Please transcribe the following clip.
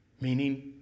meaning